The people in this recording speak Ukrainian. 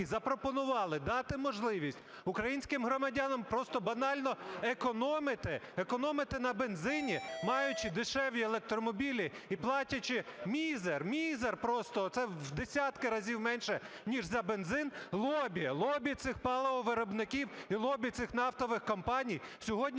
запропонували дати можливість українським громадянам просто банально економити, економити на бензині, маючи дешеві електромобілі і платячи мізер, мізер просто. Це в десятки разів менше ніж за бензин. Лобі, лобі цих паливовиробників і лобі цих нафтових компаній сьогодні